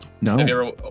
No